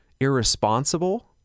irresponsible